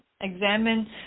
examine